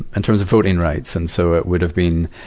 in terms of voting rights. and so, it would have been,